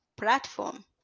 platform